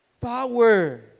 power